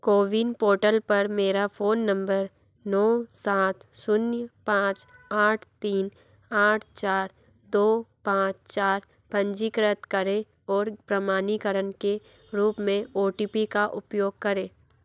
CoWIN portal पर मेरा phone number नौ सात शून्य पाँच आठ तीन आठ चार दो पाँच चार पंजीकृत करें और प्रमाणीकरण के रूप में ओ टी पी का उपयोग करें